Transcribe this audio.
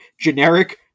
generic